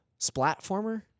Splatformer